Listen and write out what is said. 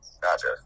gotcha